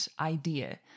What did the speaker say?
idea